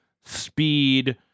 speed